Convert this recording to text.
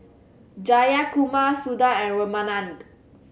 Jayakumar Suda and Ramanand